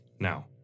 now